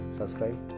subscribe